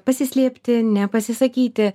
pasislėpti nepasisakyti